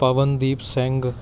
Pawandeep Singh